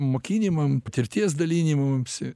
mokinimam patirties dalinimamsi